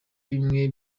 bimwe